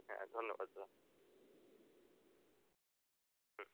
হ্যাঁ ধন্যবাদ দাদা হুম